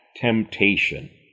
temptation